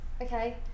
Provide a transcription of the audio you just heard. okay